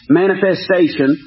manifestation